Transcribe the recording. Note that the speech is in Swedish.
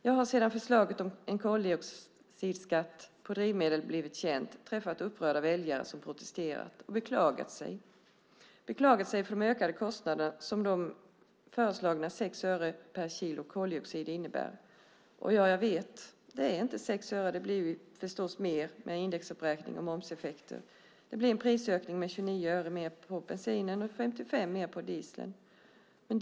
Jag har sedan förslaget om en koldioxidskatt på drivmedel blivit känt träffat upprörda väljare som protesterat och beklagat sig. De har beklagat sig för de ökade kostnader som de föreslagna 6 öre per kilo koldioxid innebär. Jag vet att det inte är 6 öre utan blir mer med indexuppräkning och momseffekter. Det blir en prisökning med 29 öre på bensinen och 55 öre på dieseln.